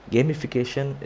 Gamification